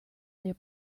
their